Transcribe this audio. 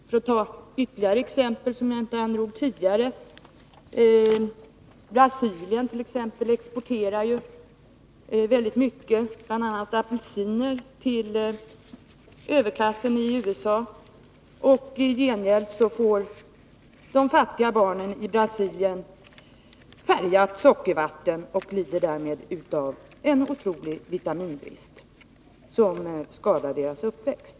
För att ta ytterligare ett exempel som jag inte tog upp tidigare: Brasilien exporterar apelsiner till överklassen i USA, och i gengäld får de fattiga barnen i Brasilien färgat sockervatten och lider därmed av en otrolig vitaminbrist som skadar deras uppväxt.